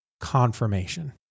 confirmation